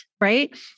right